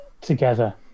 together